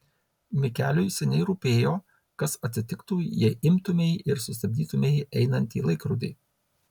mikeliui seniai rūpėjo kas atsitiktų jei imtumei ir sustabdytumei einantį laikrodį